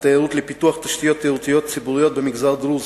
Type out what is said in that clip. התיירות לפיתוח תשתיות תיירותיות ציבוריות במגזר הדרוזי: